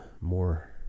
more